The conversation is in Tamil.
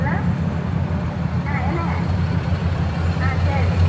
ஹலோ ஆ என்னங்க ஆ சரி